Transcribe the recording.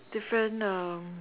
different um